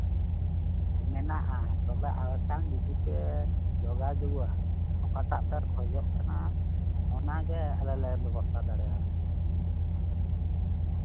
ᱢᱮᱱᱟᱜᱼᱟ ᱛᱚᱵᱮ ᱟᱞᱮ ᱥᱟᱝ ᱡᱚᱫᱤ ᱯᱮ ᱡᱳᱜᱟᱡᱳᱜᱼᱟ ᱚᱠᱟᱴᱟᱜ ᱯᱮ ᱠᱷᱚᱡᱚᱜ ᱠᱟᱱᱟ ᱚᱱᱟᱜᱮ ᱟᱞᱮᱞᱮ ᱵᱮᱵᱚᱥᱛᱷᱟ ᱫᱟᱲᱮ ᱟᱯᱮᱭᱟ